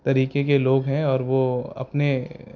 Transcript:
طریقے کے لوگ ہیں اور وہ اپنے